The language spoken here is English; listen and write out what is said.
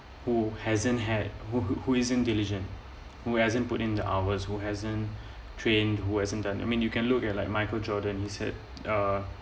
who hasn't had who who isn't diligent who hasn't put in the hours who hasn't trained who hasn't done I mean you can look at like michael jordan he said uh